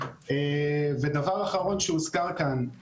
ודבר אחרון שהוזכר כאן.